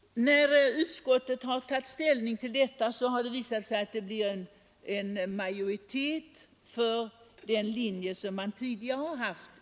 Vid utskottets behandling av denna fråga har det blivit majoritet för den linje man tidigare följt.